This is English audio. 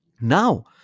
Now